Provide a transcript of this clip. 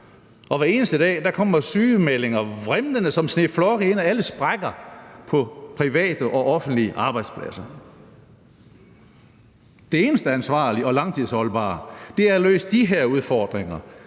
og hver eneste dag kommer sygemeldinger vrimlende som sneflokke ind ad alle sprækker på private og offentlige arbejdspladser. Det eneste ansvarlige og langtidsholdbare er at løse de her udfordringer